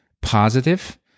positive